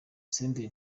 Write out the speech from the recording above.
senderi